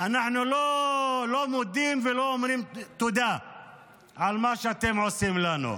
אנחנו לא מודים ולא אומרים תודה על מה שאתם עושים לנו.